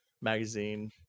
magazine